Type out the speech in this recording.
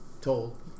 told